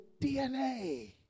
DNA